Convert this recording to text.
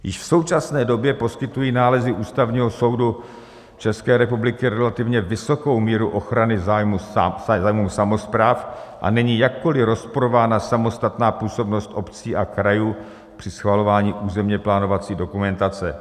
Již v současné době poskytují nálezy Ústavního soudu ČR relativně vysokou míru ochrany zájmů samospráv a není jakkoli rozporována samostatná působnost obcí a krajů při schvalování územněplánovací dokumentace.